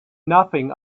nothing